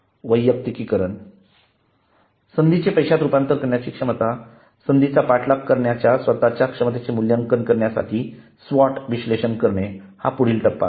वैयक्तिकीकरण संधींचे पैश्यात रूपांतर करण्याची क्षमता संधीचा पाठलाग करण्याच्या स्वत च्या क्षमतेचे मूल्यांकन करण्यासाठी स्वॉट विश्लेषण करणे हा पुढील टप्पा असेल